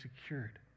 secured